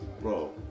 bro